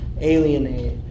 alienate